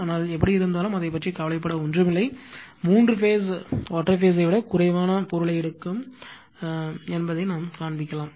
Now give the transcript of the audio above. ஆனால் எப்படி இருந்தாலும் அதைப் பற்றி கவலைப்பட ஒன்றுமில்லை மூன்று பேஸ் ஒற்றை பேஸ் விட குறைவான பொருளை எடுக்கும் என்பதைக் காண்பிக்கும்